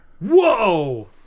whoa